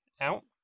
out